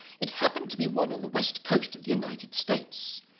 it happened to be one on the west coast of the united states.